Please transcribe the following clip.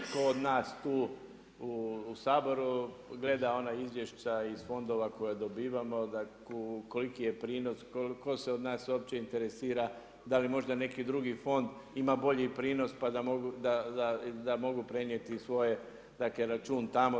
Tko od nas tu u Saboru gleda ona izvješća iz fondova koja dobivamo koliki je prinos, tko se od nas uopće interesira da li možda neki drugi fond ima bolji prinos pa da mogu prenijeti svoje, dakle račun tamo.